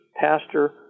pastor